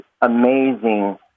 amazing